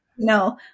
No